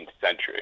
century